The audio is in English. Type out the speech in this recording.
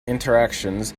interactions